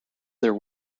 there